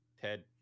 Ted